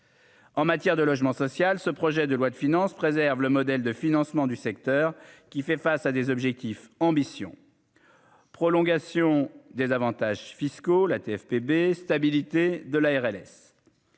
En matière de logement social, ce projet de loi de finances préserve le modèle de financement du secteur, qui fait face à des objectifs ambition prolongation des avantages fiscaux, la TFPB stabilité de la RLS.